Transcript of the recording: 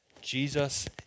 Jesus